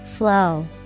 Flow